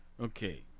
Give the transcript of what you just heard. okay